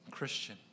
Christian